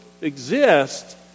exist